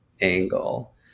angle